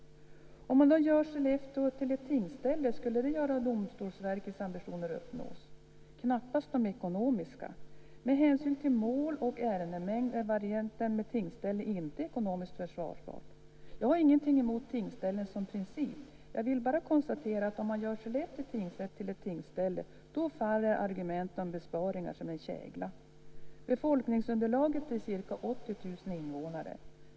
Om man gör Skellefteå till ett tingsställe, skulle det göra att Domstolsverkets ambitioner uppnås? Knappast de ekonomiska. Med hänsyn till mål och ärendemängd är varianten med tingsställe inte ekonomiskt försvarbar. Jag har inget emot tingsställen som princip. Men jag vill konstatera att om man gör Skellefteå tingsrätt till ett tingsställe faller argumenten om besparingar som en kägla. Befolkningsunderlaget är ca 80 000 invånare.